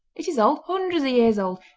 it is old hundreds of years old!